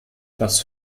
das